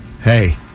Hey